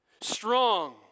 strong